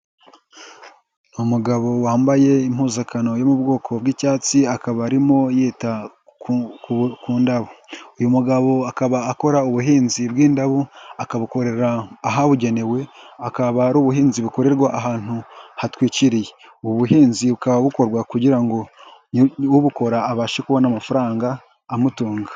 Umugabo wambaye impuzankano yo mu bwoko bw'icyatsi akaba arimo yita ku ndabo, uyu mugabo akaba akora ubuhinzi bw'indabo, akabukorera ahabugenewe, akaba ari ubuhinzi bukorerwa ahantu hatwikiriye, ubu buhinzi bukaba bukorwa kugira ngo ubukora abashe kubona amafaranga amutunga.